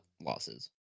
losses